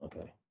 Okay